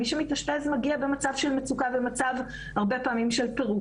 מי שמתאשפז מגיע במצב של מצוקה והרבה פעמים במצב של פירוק.